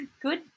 good